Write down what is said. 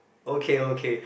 okay okay